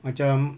macam